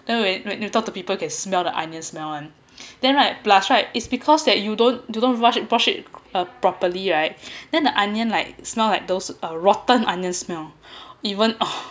then when when we talk to people can smell the onion smell [one] then right plus right is because that you don't do don't brush it brush it a properly right then the onion like smell like those a rotten onion smell even